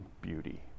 beauty